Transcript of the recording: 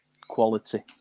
quality